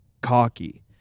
cocky